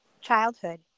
childhood